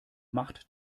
macht